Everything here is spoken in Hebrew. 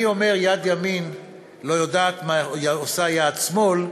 אומר שיד ימין לא יודעת מה עושה יד שמאל,